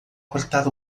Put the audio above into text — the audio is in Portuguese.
cortar